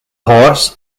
horse